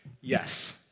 Yes